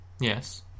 Yes